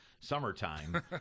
summertime